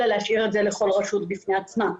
אלא להשאיר את זה לכל רשות בפני עצמה.